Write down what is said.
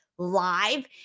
live